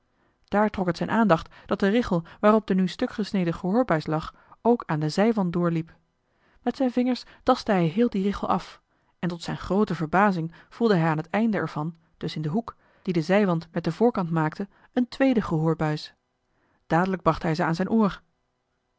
daar trok het zijn aandacht dat de richel waarop de nu stukgesneden gehoorbuis lag ook aan den zijwand doorliep met zijn vingers tastte hij heel dien richel af en tot zijn groote verbazing voelde hij aan het einde er van dus in den hoek dien de zijwand met den voorkant maakte een tweede gehoorbuis dadelijk bracht hij ze aan zijn oor